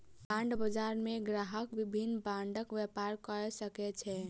bond बजार मे ग्राहक विभिन्न बांडक व्यापार कय सकै छै